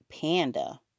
Panda